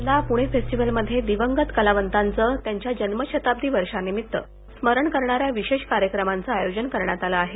यंदा पुणे फेस्टिव्हलमध्ये दिवंगत कलावताच त्यांच्या जन्मशताब्दी वर्षानिमित्त स्मरण करणाऱ्या विशेष कार्यक्रमाच आयोजन करण्यात आलं आहे